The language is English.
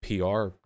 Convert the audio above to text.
PR